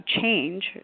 change